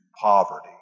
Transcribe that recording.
poverty